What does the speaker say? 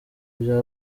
bya